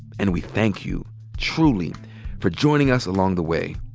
and we thank you truly for joining us along the way.